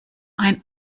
ein